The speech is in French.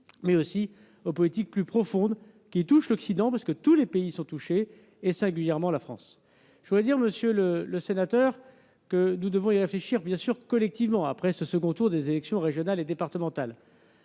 mais aussi par les politiques plus profondes qui touchent l'Occident, dans la mesure où tous les pays sont touchés, et singulièrement la France. Monsieur le sénateur, nous devons y réfléchir collectivement, après le second tour des élections régionales et départementales.